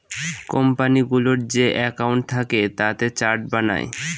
কোম্পানিগুলোর যে একাউন্ট থাকে তাতে চার্ট বানায়